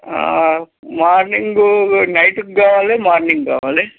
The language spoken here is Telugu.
మార్నింగు నైట్కి కావాలి మార్నింగ్ కావాలి